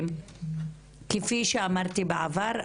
כפי שאמרתי בעבר,